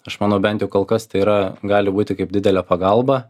aš manau bent kol kas tai yra gali būti kaip didelė pagalba